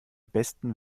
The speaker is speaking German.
besten